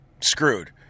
screwed